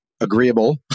agreeable